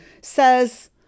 says